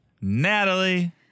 Natalie